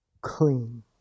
clean